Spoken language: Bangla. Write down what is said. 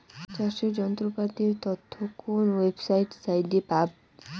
চাষের যন্ত্রপাতির তথ্য কোন ওয়েবসাইট সাইটে পাব?